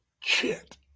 chit